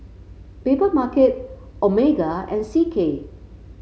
Papermarket Omega and C K